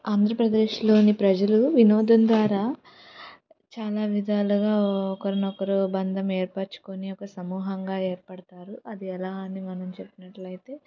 ఆంధ్రప్రదేశంలోని ప్రజలు వినోదం ద్వారా చాలా విధాలుగా ఒకరినొకరు బంధం ఏర్పరచుకొని ఒక సమూహంగా ఏర్పడతారు అది ఎలా అని మనం చెప్పినట్లయితే